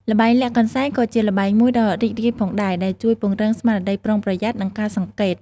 ល្បែងលាក់កន្សែងក៏ជាល្បែងមួយដ៏រីករាយផងដែរ ដែលជួយពង្រឹងស្មារតីប្រុងប្រយ័ត្ន និងការសង្កេត។